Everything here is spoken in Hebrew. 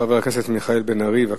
חבר הכנסת מיכאל בן-ארי, בבקשה.